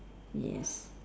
yes